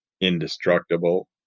indestructible